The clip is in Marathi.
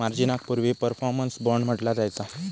मार्जिनाक पूर्वी परफॉर्मन्स बाँड म्हटला जायचा